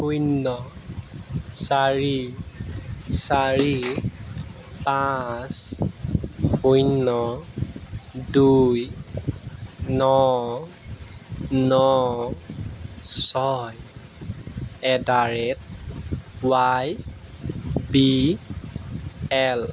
শূন্য চাৰি চাৰি পাঁচ শূন্য দুই ন ন ছয় at the rate Y B L